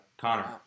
Connor